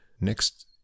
next